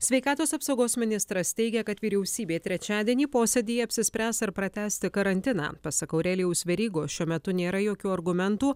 sveikatos apsaugos ministras teigė kad vyriausybė trečiadienį posėdyje apsispręs ar pratęsti karantiną pasak aurelijaus verygos šiuo metu nėra jokių argumentų